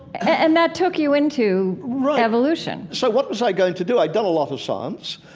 and that took you into, right, evolution so what was i going to do? i'd done a lot of science.